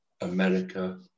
America